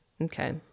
Okay